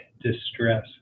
distress